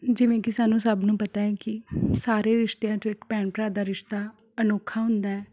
ਜਿਵੇਂ ਕਿ ਸਾਨੂੰ ਸਭ ਨੂੰ ਪਤਾ ਹੈ ਕਿ ਸਾਰੇ ਰਿਸ਼ਤਿਆਂ 'ਚੋਂ ਇੱਕ ਭੈਣ ਭਰਾ ਦਾ ਰਿਸ਼ਤਾ ਅਨੋਖਾ ਹੁੰਦਾ